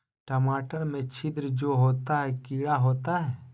टमाटर में छिद्र जो होता है किडा होता है?